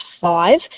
five